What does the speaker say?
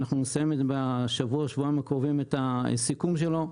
אנחנו נסיים בשבוע-שבועיים הקרובים את הסיכום שלנו,